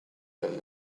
have